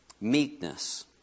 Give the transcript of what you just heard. meekness